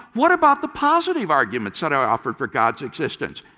what about the positive arguments that i offered for god's existence?